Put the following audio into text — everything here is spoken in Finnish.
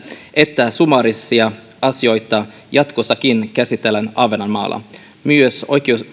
että summaarisia asioita jatkossakin käsitellään ahvenanmaalla myös